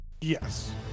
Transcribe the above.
Yes